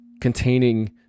containing